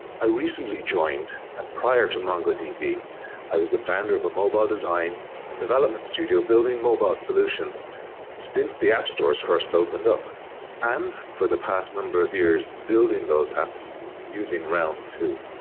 i recently joined, and prior to mongodb, i was the founder of a mobile design and development studio building mobile solutions since the app stores first opened up and for the past number of years building those apps using realm, too.